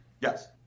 Yes